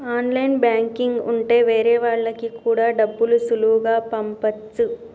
online banking ఉంటె వేరే వాళ్ళకి కూడా డబ్బులు సులువుగా పంపచ్చు